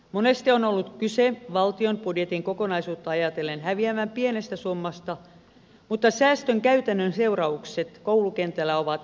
monesti on ollut kyse valtion budjetin kokonaisuutta ajatellen häviävän pienestä summasta mutta säästön käytännön seuraukset koulukentällä ovat olleet merkittävät